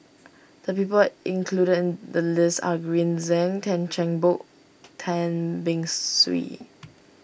the people included in the list are Green Zeng Tan Cheng Bock Tan Beng Swee